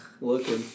Looking